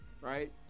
right